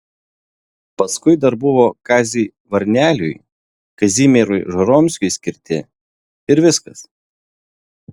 paskui dar buvo kaziui varneliui kazimierui žoromskiui skirti ir viskas